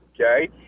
okay